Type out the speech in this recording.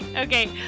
okay